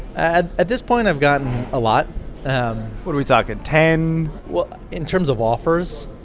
at at this point, i've gotten a lot what are we talking ten? well, in terms of offers,